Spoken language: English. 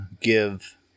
give